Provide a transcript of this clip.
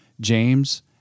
James